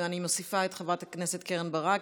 אני מוסיפה את חברת הכנסת קרן ברק,